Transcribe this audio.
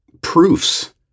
proofs